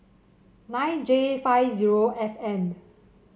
nine J five zero F M